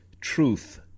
truth